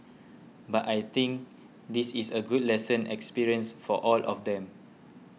but I think this is a good lesson experience for all of them